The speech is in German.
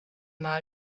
mal